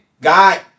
god